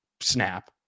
snap